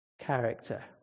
character